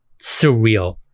surreal